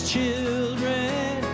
children